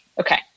Okay